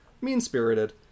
mean-spirited